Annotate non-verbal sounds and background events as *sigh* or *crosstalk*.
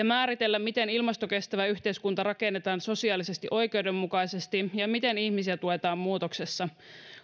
*unintelligible* määritellä miten ilmastokestävä yhteiskunta rakennetaan sosiaalisesti oikeudenmukaisesti ja miten ihmisiä tuetaan muutoksessa